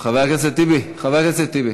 חבר הכנסת טיבי חבר הכנסת טיבי,